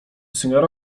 seniora